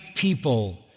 people